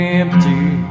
empty